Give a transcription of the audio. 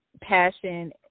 passion